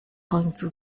końcu